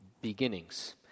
beginnings